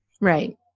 Right